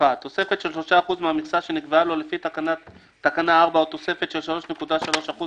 " תוספת של 3 אחוז מהמכסה שנקבעה לו לפי תקנה 4 או תוספת של 3.3 אחוז